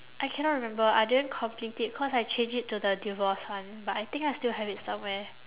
I cannot remember I didn't complete it cause I changed it to the divorce one but I think I still have it somewhere